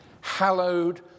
hallowed